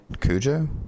Cujo